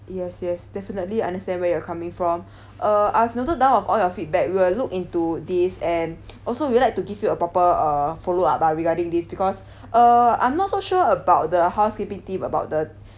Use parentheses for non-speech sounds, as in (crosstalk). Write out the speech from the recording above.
yes yes definitely understand where you're coming from (breath) uh I've noted down of all your feedback we will look into this and (breath) also we'll like to give you a proper uh follow up ah regarding this because uh I'm not so sure about the housekeeping team about the